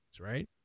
right